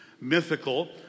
Mythical